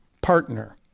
partner